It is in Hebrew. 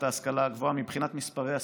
ההשכלה הגבוהה מבחינת מספרי הסטודנטים.